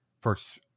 First